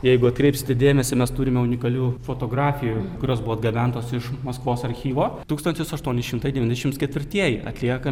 jeigu atkreipsite dėmesį mes turime unikalių fotografijų kurios buvo atgabentos iš maskvos archyvo tūkstantis aštuoni šimtai devyniasdešim ketvirtieji atlieka